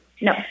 No